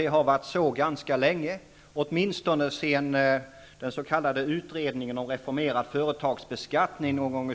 Det har varit så ganska länge, åtminstone sedan utredningen om reformerad företagsbeskattning lade